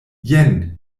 jen